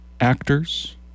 actors